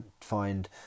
find